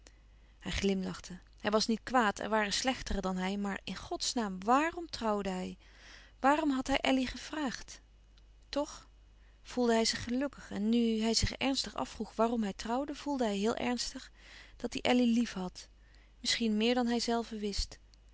hij glimlachte hij was niet kwaad er waren slechtere dan hij maar in godsnaam waarm trouwde hij waarom had hij elly gevraagd toch voelde hij zich gelukkig en nu hij zich ernstig afvroeg waarom hij trouwde voelde hij heel ernstig dat hij elly lief had misschien meer dan hijzelve wist